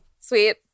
Sweet